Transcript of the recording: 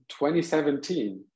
2017